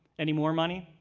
anymore money,